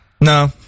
No